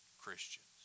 Christians